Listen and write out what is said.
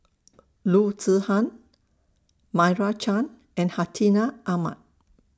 Loo Zihan Meira Chand and Hartinah Ahmad